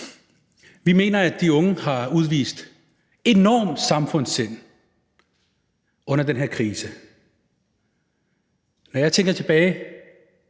Vi mener, at de unge har udvist et enormt samfundssind under den her krise, og når jeg tænker tilbage